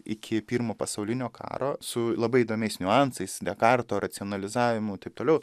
iki pirmo pasaulinio karo su labai įdomiais niuansais dekarto racionalizavimu taip toliau